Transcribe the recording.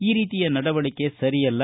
ಈ ರೀತಿಯ ನಡವಳಕೆ ಸರಿಯಲ್ಲ